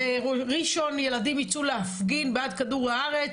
ובראשון לציון ילדים ייצאו להפגין בעד כדור הארץ,